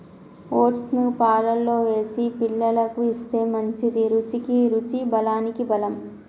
oats ను పాలల్లో వేసి పిల్లలకు ఇస్తే మంచిది, రుచికి రుచి బలానికి బలం